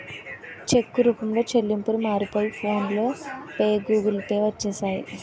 చెక్కు రూపంలో చెల్లింపులు మారిపోయి ఫోన్ పే గూగుల్ పే వచ్చేసాయి